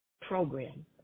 program